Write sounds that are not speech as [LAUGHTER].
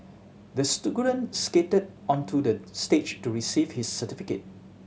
the [UNINTELLIGIBLE] skated onto the stage to receive his certificate